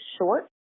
Short